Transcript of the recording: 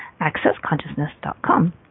accessconsciousness.com